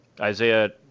Isaiah